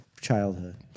childhood